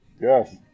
Yes